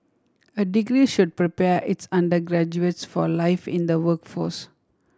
a degree should prepare its undergraduates for life in the workforce